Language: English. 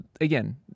again